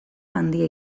handia